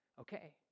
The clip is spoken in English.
Okay